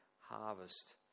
harvest